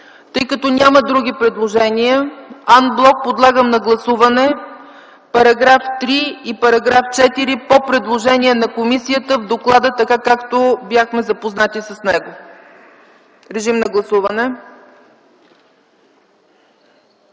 Тъй като няма други предложения, подлагам на гласуване ан блок § 3 и § 4 по предложение на комисията в доклада така, както бяхме запознати с него. Режим на гласуване.